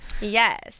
yes